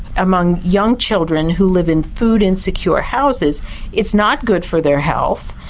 among young children who live in food insecure houses it's not good for their health,